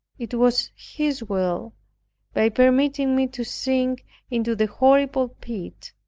it was his will by permitting me to sink into the horrible pit,